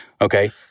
okay